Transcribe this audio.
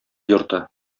йорты